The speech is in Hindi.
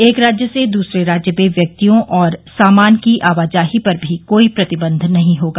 एक राज्य से दूसरे राज्य में व्यक्तियों और सामान की आवाजाही पर भी कोई प्रतिबंध नहीं होगा